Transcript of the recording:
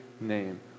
name